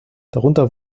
darunter